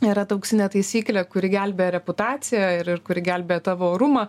yra ta auksinė taisyklė kuri gelbėja reputaciją ir ir kuri gelbėja tavo orumą